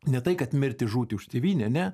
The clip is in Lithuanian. ne tai kad mirti žūti už tėvynę ne